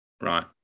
right